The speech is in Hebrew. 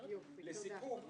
לסיכום,